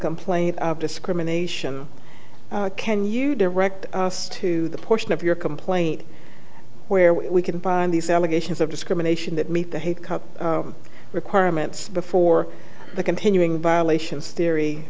complaint of discrimination can you direct us to the portion of your complaint where we can find these allegations of discrimination that meet the hate cup requirements before the continuing violations theory